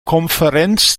konferenz